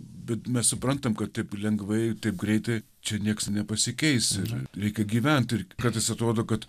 bet mes suprantam kad taip lengvai taip greitai čia nieks nepasikeis ir likę gyvent ir kartais atrodo kad